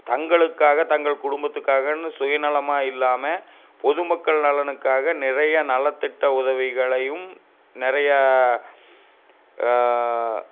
தங்களுக்காக தங்கள் குடும்பத்துக்காகனு சுயநலமாக இல்லாமல் பொதுமக்கள் நலனுக்காக நிறைய நலத்திட்ட உதவிகளையும் நிறையா